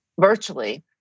virtually